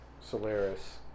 Solaris